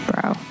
Bro